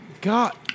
God